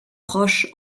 proche